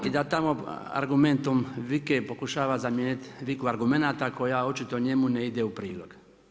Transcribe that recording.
I da tamo argumentom vike pokušava zamijeniti viku argumenata koja očito njemu ne ide u prilog.